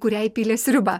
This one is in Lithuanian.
kurią įpylė sriubą